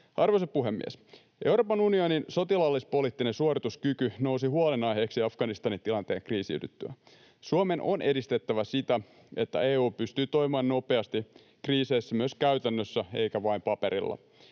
Arvoisa puhemies! Euroopan unionin sotilaallispoliittinen suorituskyky nousi huolenaiheeksi Afganistanin tilanteen kriisiydyttyä. Suomen on edistettävä sitä, että EU pystyy toimimaan nopeasti kriiseissä myös käytännössä eikä vain paperilla.